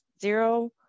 zero